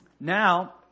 Now